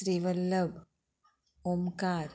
Shrivallabh Omkar